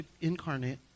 incarnate